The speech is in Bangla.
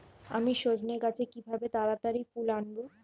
আমি সজনে গাছে কিভাবে তাড়াতাড়ি ফুল আনব?